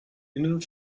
innen